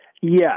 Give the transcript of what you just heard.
Yes